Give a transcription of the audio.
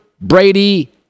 Brady